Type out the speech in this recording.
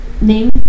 Name